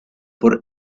por